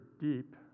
deep